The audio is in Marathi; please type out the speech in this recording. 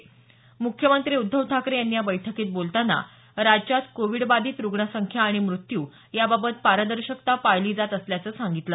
म्ख्यमंत्री उद्धव ठाकरे यांनी या बैठकीत बोलताना राज्यात कोविडबाधित रुग्ण संख्या आणि मृत्यू याबाबत पारदर्शकता पाळली जात असल्याचं सांगितलं